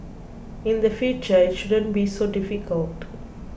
in the future it shouldn't be so difficult